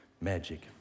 magic